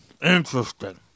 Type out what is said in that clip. Interesting